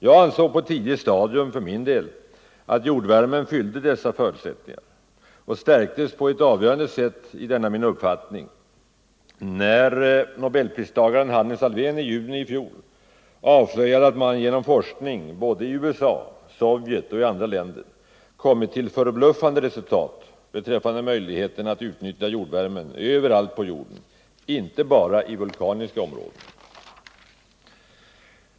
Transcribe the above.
Jag ansåg på ett tidigt stadium att jordvärmen uppfyllde dessa förutsättningar och stärktes på ett avgörande sätt i denna min tro när nobelpristagaren Hannes Alfvén i juni i fjol avslöjade att man genom forskning såväl i USA och Sovjet som i andra länder kommit till förbluffande resultat beträffande möjligheterna att utnyttja jordvärmen överallt på jorden, inte bara i vulkaniska områden.